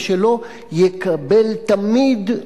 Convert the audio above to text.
ושלא יקבל תמיד,